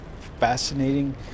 fascinating